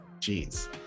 jeez